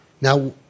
Now